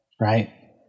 right